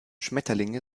schmetterlinge